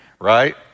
right